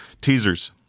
Teasers